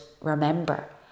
remember